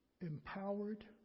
empowered